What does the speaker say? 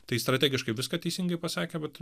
tai strategiškai viską teisingai pasakė bet